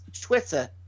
Twitter